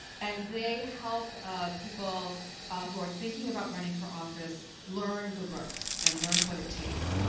and they help ah people who are thinking about running for office learn the ropes and learn what it takes.